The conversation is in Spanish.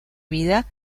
vida